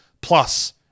Plus